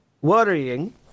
worrying